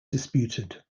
disputed